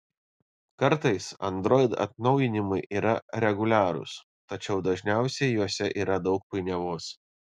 kartais android atnaujinimai yra reguliarūs tačiau dažniausiai juose yra daug painiavos